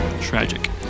Tragic